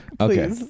Okay